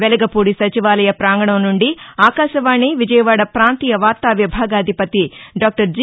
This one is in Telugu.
వెలగపూడి సచివాలయ ప్రాంగణం నుండి ఆకాశవాణి విజయవాడ ప్రాంతీయ వార్తా విభాగాధిపతి డాక్టర్ జి